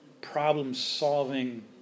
problem-solving